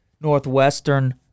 Northwestern